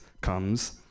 comes